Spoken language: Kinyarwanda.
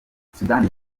sudani